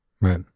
right